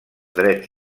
drets